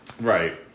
Right